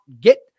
get